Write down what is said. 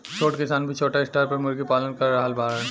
छोट किसान भी छोटा स्टार पर मुर्गी पालन कर रहल बाड़न